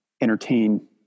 entertain